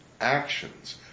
actions